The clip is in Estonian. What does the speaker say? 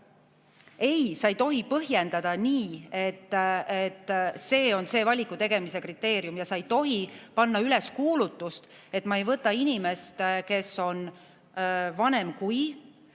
Ei, sa ei tohi põhjendada nii, et see on see valiku tegemise kriteerium, ja sa ei tohi panna üles kuulutust, et ma ei võta inimest, kes on vanem kui